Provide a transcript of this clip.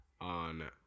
on